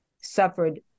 suffered